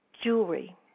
jewelry